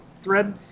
thread